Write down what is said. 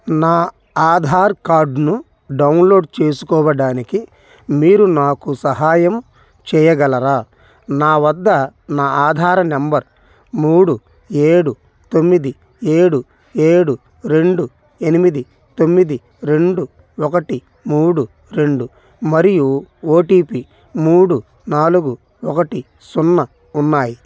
నా ఆధార్ కార్డ్ను డౌన్లోడ్ చేసుకోవడానికి మీరు నాకు సహాయం చెయ్యగలరా నా వద్ద నా ఆధార నెంబర్ మూడు ఏడు తొమ్మిది ఏడు ఏడు రెండు ఎనిమిది తొమ్మిది రెండు ఒకటి మూడు రెండు మరియు ఓటిపి మూడు నాలుగు ఒకటి సున్నా ఉన్నాయి